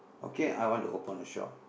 okay I want to open a shop